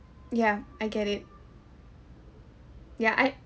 ya I get it ya I